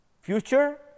future